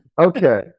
Okay